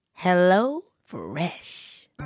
HelloFresh